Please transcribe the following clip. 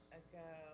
ago